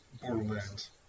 Borderlands